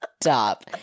Stop